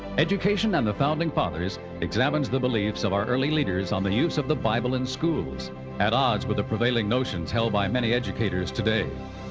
education and the founding fathers examines the beliefs of our early leaders on the use of the bible in schools at odds with the prevailing notions held by many educators today.